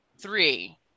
Three